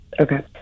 Okay